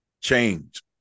change